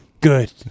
Good